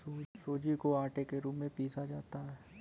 सूजी को आटे के रूप में पीसा जाता है